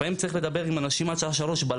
לפעמים צריך לדבר עם אנשים עד שעה 03:00,